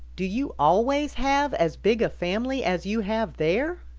do you always have as big a family as you have there?